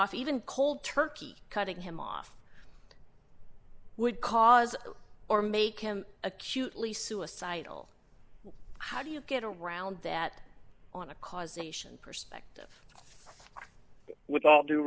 off even cold turkey cutting him off would cause or make him acutely suicidal how do you get around that on a causation perspectives with all due